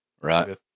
Right